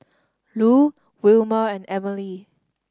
Lu Wilmer and Emely